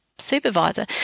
Supervisor